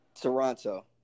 Toronto